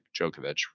Djokovic